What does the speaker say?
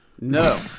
No